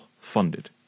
funded